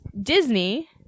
Disney